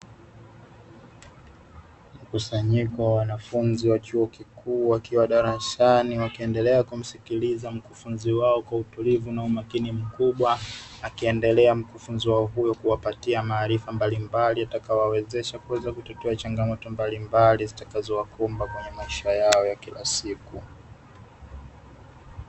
Mkusanyiko wa wanafunzi wa chuo kikuu wakiwa darasani wakiendelea kumsikiliza mkufunzi wao kwa utulivu na umakini mkubwa, akiendelea mkufunzi wao huyo kuwapatia maarifa mbalimbali yatakayowawezesha kuweza kutatua changamoto mbalimbali zitakazowakumba kwenye maisha yao ya kila siku.